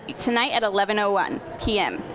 tonight at eleven ah one p m.